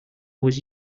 was